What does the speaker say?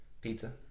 Pizza